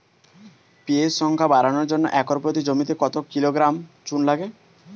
PH সংখ্যা বাড়ানোর জন্য একর প্রতি জমিতে কত কিলোগ্রাম চুন লাগে?